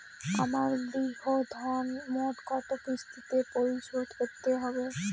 আমার গৃহঋণ মোট কত কিস্তিতে পরিশোধ করতে হবে?